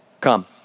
Come